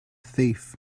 thief